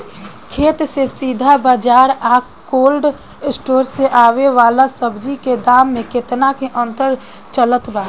खेत से सीधा बाज़ार आ कोल्ड स्टोर से आवे वाला सब्जी के दाम में केतना के अंतर चलत बा?